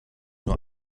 nur